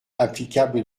applicables